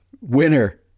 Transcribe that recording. Winner